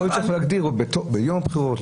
יכול להיות שצריך להגדיר ביום הבחירות,